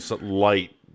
light